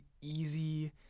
easy